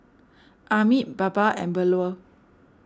Amit Baba and Bellur